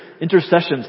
intercessions